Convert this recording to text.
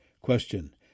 question